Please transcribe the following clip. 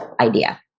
idea